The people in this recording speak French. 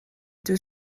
deux